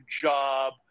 job